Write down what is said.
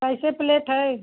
कैसे प्लेट है